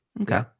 Okay